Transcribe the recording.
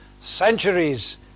centuries